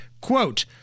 quote